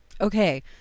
Okay